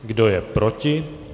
Kdo je proti?